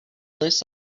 this